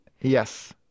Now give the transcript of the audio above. Yes